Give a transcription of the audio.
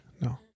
No